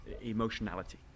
emotionality